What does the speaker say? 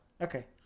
okay